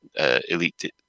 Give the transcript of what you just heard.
elite